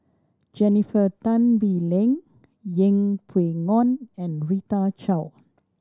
Jennifer Tan Bee Leng Yeng Pway Ngon and Rita Chao